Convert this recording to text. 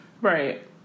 Right